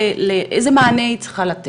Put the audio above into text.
איזה מענה היא צריכה לתת.